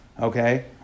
Okay